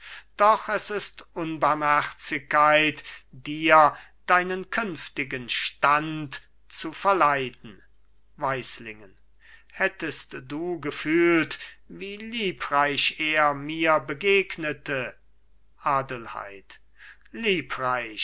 doch es ist unbarmherzigkeit dir deinen zukünftigen stand zu verleiden weislingen hättest du gefühlt wie liebreich er mir begegnete adelheid liebreich